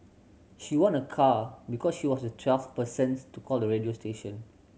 she won a car because she was the twelfth persons to call the radio station